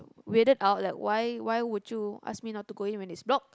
weirded out like why why would you ask me not to go in when it's locked